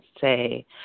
say